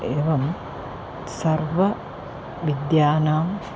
एवं सर्व विद्यानाम्